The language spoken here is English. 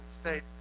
state